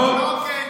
יש מחלוקת